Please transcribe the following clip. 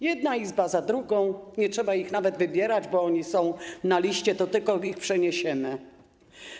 Jedna izba za drugą, nie trzeba ich nawet wybierać, bo oni są na liście, to tylko ich przeniesiemy.